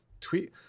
tweet